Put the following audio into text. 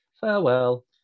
Farewell